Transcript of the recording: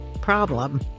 problem